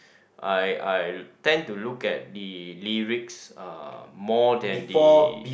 I I tend to look at the lyrics uh more than the